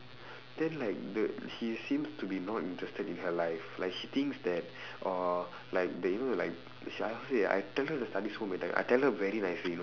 then like the she seems to be not interested in her life like she thinks that orh like the you know the like shit I how to say I tell her to study so many time I tell her very nicely you know